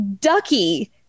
Ducky